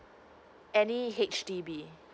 any H_D_B